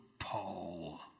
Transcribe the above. Paul